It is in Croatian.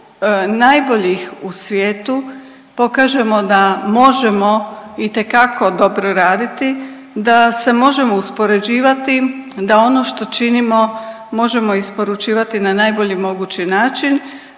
najboljih u svijetu pokažemo da možemo itekako dobro raditi, da se možemo uspoređivati, da ono što činimo možemo isporučivati na najbolji mogući način.